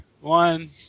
One